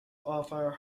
offer